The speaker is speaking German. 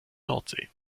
nordsee